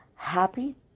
happy